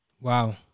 wow